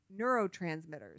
neurotransmitters